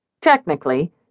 Technically